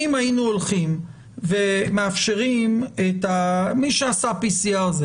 אם היינו הולכים ומאפשרים למי שעשה PCR,